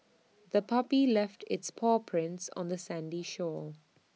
the puppy left its paw prints on the sandy shore